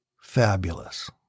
fabulous